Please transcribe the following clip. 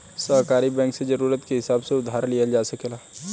सहकारी बैंक से जरूरत के हिसाब से उधार लिहल जा सकेला